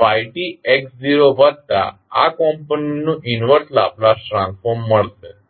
tx0 વત્તા આ component નું ઇન્વર્સ લાપ્લાસ ટ્રાન્સફોર્મ મળશે